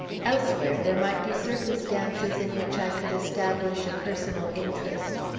elsewhere there might be circumstances in which i could establish a personal interest,